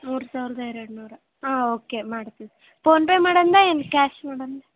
ಮೂರು ಸಾವಿರ್ದ ಎರಡು ನೂರ ಹಾಂ ಓಕೆ ಮಾಡ್ತೀವಿ ಫೋನ್ ಪೇ ಮಾಡೋದ ಏನು ಕ್ಯಾಶ್ ಮಾಡೋಣ